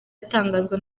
atangazwa